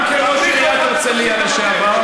גם כראש עיריית הרצליה לשעבר,